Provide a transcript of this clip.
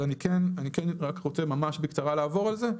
אז אני כן רק רוצה ממש בקצרה לעבור על זה.